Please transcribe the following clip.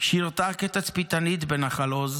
שירתה כתצפיתנית בנחל עוז